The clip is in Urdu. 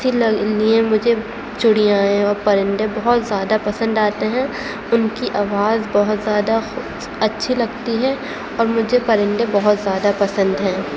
اسی لیے مجھے چڑیائیں اور پرندے بہت زیادہ پسند آتے ہیں ان کی آواز بہت زیادہ اچھی لگتی ہے اور مجھے پرندے بہت زیادہ پسند ہیں